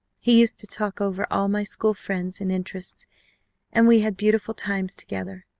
he used to talk over all my school friends and interests and we had beautiful times together.